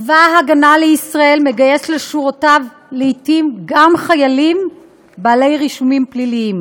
צבא ההגנה לישראל מגייס לשורותיו לעתים גם חיילים עם רישום פלילי.